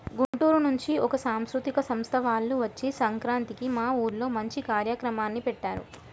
గుంటూరు నుంచి ఒక సాంస్కృతిక సంస్థ వాల్లు వచ్చి సంక్రాంతికి మా ఊర్లో మంచి కార్యక్రమాల్ని పెట్టారు